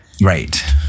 right